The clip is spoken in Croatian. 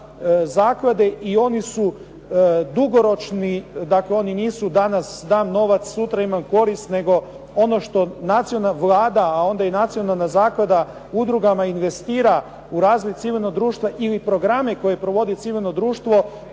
zaklade i oni su dugoročni, dakle, oni nisu danas dam novac, sutra imam korist nego ono što Vlada a onda i nacionalna zaklada udrugama investira u razvoj civilnoga društva ili programe koje provodi civilno društvo